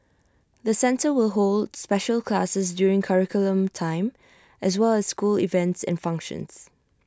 the centre will hold special classes during curriculum time as well as school events and functions